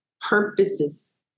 purposes